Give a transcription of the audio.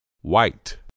white